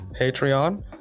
Patreon